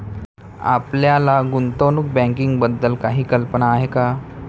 आपल्याला गुंतवणूक बँकिंगबद्दल काही कल्पना आहे का?